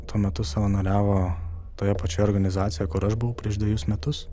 tuo metu savanoriavo toje pačioje organizacijoje kur aš buvau prieš dvejus metus